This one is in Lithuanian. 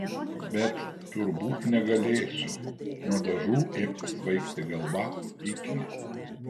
bet turbūt negalėsiu nuo dažų ėmė svaigti galva pykina